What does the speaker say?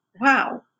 wow